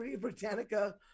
Britannica